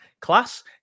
class